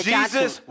Jesus